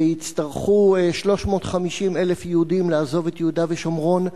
ויצטרכו 350,000 יהודים לעזוב את יהודה ושומרון,